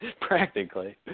Practically